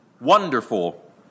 Wonderful